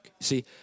See